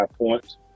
points